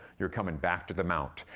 you're comin' back to the mount.